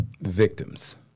victims